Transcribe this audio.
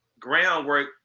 groundwork